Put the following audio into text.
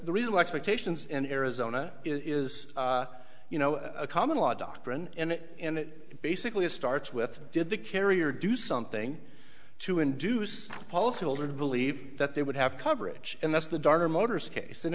the reason expectations in arizona is you know a common law doctrine in it and it basically it starts with did the carrier do something to induce policyholder to believe that they would have coverage and that's the darker motors case